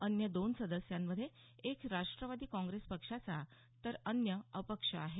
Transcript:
अन्य दोन सदस्यांमध्ये एक राष्टवादी काँग्रेस पक्षाचा तर अन्य अपक्ष आहे